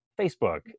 Facebook